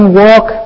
walk